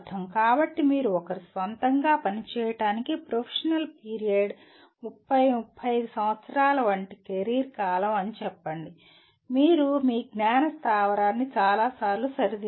కాబట్టి మీరు ఒకరి స్వంతంగా పనిచేయడానికి ప్రొఫెషనల్ పీరియడ్ 30 35 సంవత్సరాల వంటి కెరీర్ కాలం అని చెప్పండి మీరు మీ జ్ఞాన స్థావరాన్ని చాలాసార్లు సరిదిద్దాలి